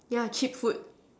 yeah cheap food